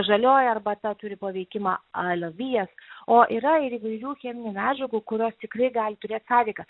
žalioji arbata turi paveikimą alavijas o yra ir įvairių cheminių medžiagų kurios tikrai gali turėt sąveiką